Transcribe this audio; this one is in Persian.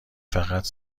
فقط